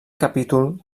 capítol